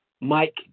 Mike